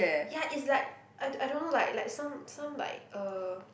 ya it's like I I don't know like like some some like uh